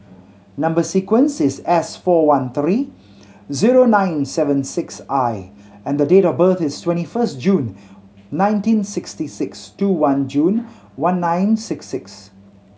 number sequence is S four one three zero nine seven six I and the date of birth is twenty first June nineteen sixty six two one June one nine six six